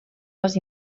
les